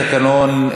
לפי התקנון,